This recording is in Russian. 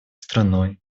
страной